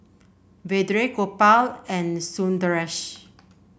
Vedre Gopal and Sundaresh